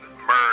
murder